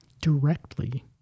directly